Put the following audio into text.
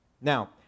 Now